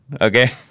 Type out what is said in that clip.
okay